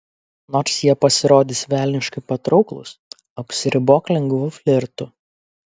nors jie pasirodys velniškai patrauklūs apsiribok lengvu flirtu